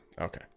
okay